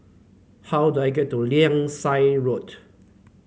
how do I get to Langsat Road